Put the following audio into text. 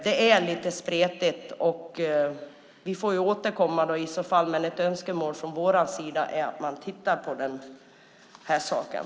Det är lite spretigt, och vi får i så fall återkomma med önskemål, som från vår sida är att man tittar på frågan.